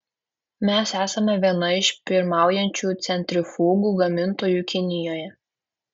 mes esame viena iš pirmaujančių centrifugų gamintojų kinijoje